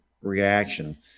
reaction